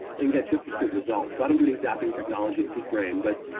and get just as good results. so, i don't do any zapping technology at peak brain, but,